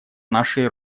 нашей